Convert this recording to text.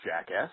jackass